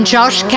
Josh